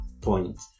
point